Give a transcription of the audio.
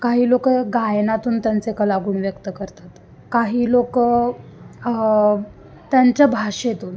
काही लोक गायनातून त्यांचे कला गुण व्यक्त करतात काही लोक त्यांच्या भाषेतून